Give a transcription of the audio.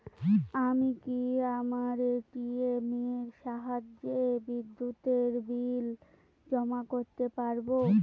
আমি কি আমার এ.টি.এম এর সাহায্যে বিদ্যুতের বিল জমা করতে পারব?